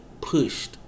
pushed